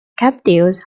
captives